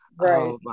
Right